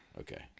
Okay